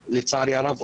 אובדן החיים, לצערי הרב,